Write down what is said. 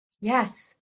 Yes